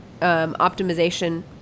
optimization